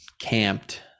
camped